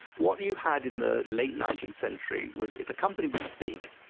what you had in the late nineteenth century was if a company was big,